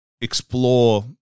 explore